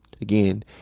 Again